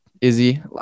Izzy